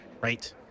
right